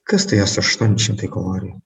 kas tai aštuoni šimtai kalorijų